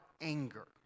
anger